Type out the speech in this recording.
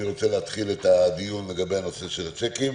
אני רוצה להתחיל את הדיון לגבי הנושא של הצ'קים.